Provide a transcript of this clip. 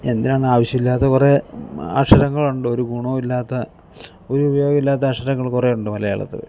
എന്തിനാണ് ആവശ്യമില്ലാത്ത കുറേ അക്ഷരങ്ങൾ ഉണ്ട് ഒരു ഗുണവും ഇല്ലാത്ത ഒരു ഉപയോഗവും ഇല്ലാത്ത അക്ഷരങ്ങൾ കുറേ ഉണ്ട് മലയാളത്തിൽ